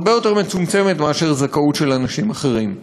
הרבה יותר מצומצמת מאשר של אנשים אחרים.